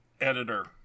editor